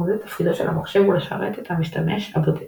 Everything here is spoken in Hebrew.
זה תפקידו של המחשב הוא לשרת את המשתמש הבודד